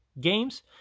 games